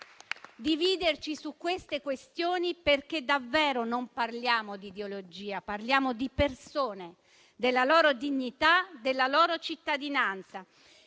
dividerci su queste questioni, perché davvero non parliamo di ideologia, ma di persone, della loro dignità e della loro cittadinanza.